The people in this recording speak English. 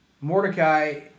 Mordecai